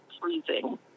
freezing